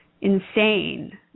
insane